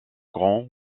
grand